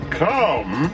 come